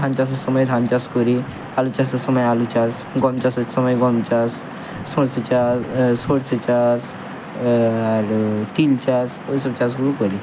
ধান চাষের সময় ধান চাষ করি আলু চাষের সময় আলু চাষ গম চাষের সময় গম চাষ সরষে চা সরষে চাষ আর তিল চাষ ওই সব চাষগুলো করি